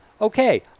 Okay